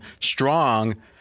strong